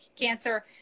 cancer